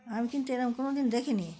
আমি কিন্তু এরকম কোনো দিন দেখিনি